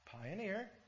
pioneer